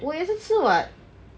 我也是吃 [what]